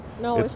no